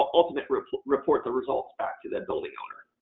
ultimate, report report the results back to the building owner.